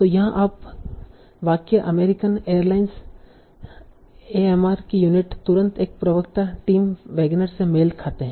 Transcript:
तो यहाँ आप वाक्य अमेरिकन एयरलाइंस एएमआर की यूनिट तुरंत एक प्रवक्ता टिम वैगनर से मेल खाते हैं